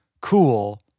cool